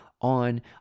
on